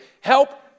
help